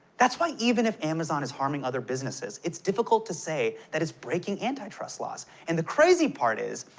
that's why even if amazon is harming other businesses, it's difficult to say that it's breaking antitrust laws. and the crazy part is,